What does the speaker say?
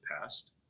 past